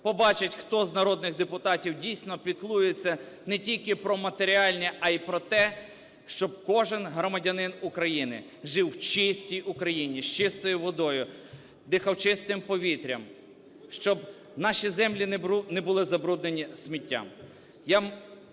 побачать, хто з народних депутатів дійсно піклується не тільки про матеріальні, а й про те, щоб кожен громадянин України жив в чистій Україні з чистою водою, дихав чистим повітрям, щоб наші землі не були забруднені сміттям.